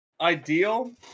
Ideal